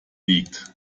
liegt